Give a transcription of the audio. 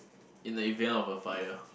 in the event of a fire